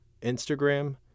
Instagram